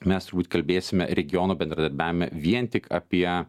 mes turbūt kalbėsime regiono bendradarbiavime vien tik apie